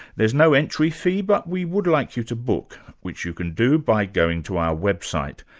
there's no entry fee, but we would like you to book, which you can do by going to our website.